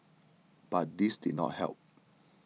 but this did not help